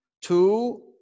two